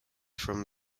from